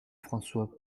françois